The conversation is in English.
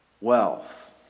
wealth